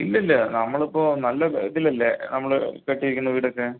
ഇല്ലില്ല നമ്മളിപ്പം നല്ല ഇതിലല്ലെ നമ്മള് കെട്ടിയിരിക്കുന്ന വീടൊക്കെ